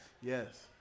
Yes